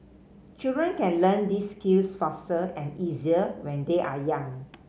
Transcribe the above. children can learn these skills faster and easier when they are young